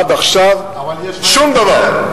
עד עכשיו, שום דבר.